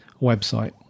website